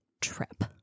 trip